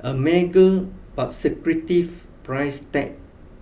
a mega but secretive price tag